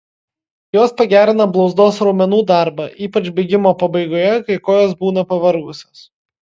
jos pagerina blauzdos raumenų darbą ypač bėgimo pabaigoje kai kojos būna pavargusios